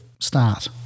start